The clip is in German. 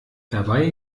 dabei